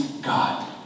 God